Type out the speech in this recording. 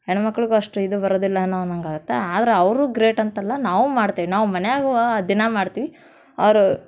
ಹೆಣ್ಮಕ್ಳಿಗು ಅಷ್ಟೇ ಇದು ಬರುವುದಿಲ್ಲ ಏನೋ ಅನ್ನಂಗೆ ಆಗುತ್ತೆ ಆದ್ರೆ ಅವರು ಗ್ರೇಟ್ ಅಂತಲ್ಲ ನಾವೂ ಮಾಡ್ತೇವೆ ನಾವು ಮನ್ಯಾಗೆ ದಿನಾ ಮಾಡ್ತೀವಿ ಅವರು